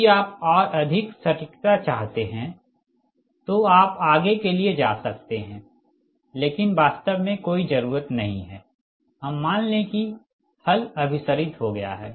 यदि आप और अधिक सटीकता चाहते हैं तो आप आगे के लिए जा सकते हैं लेकिन वास्तव में कोई ज़रूरत नहीं है हम मान लें कि हल अभिसरित हो गया है